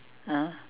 ah